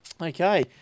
Okay